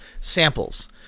samples